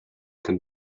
can